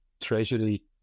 treasury